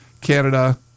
Canada